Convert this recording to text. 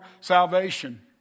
salvation